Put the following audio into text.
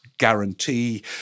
guarantee